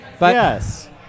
Yes